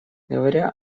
говоря